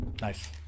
nice